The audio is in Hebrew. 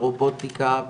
ברובוטיקה,